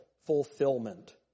fulfillment